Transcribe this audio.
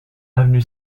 avenue